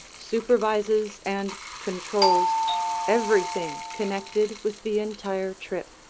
supervises and controls everything connected with the entire trip.